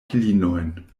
filinojn